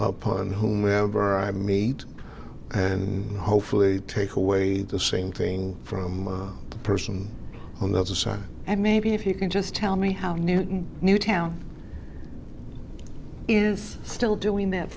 upon whom member i meet and hopefully take away the same thing from the person on the other side and maybe if you can just tell me how newtown is still doing that